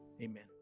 Amen